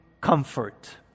comfort